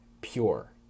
pure